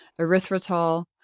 Erythritol